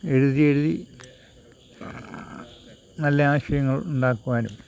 എഴുതി എഴുതി നല്ല ആശയങ്ങൾ ഉണ്ടാക്കുവാനും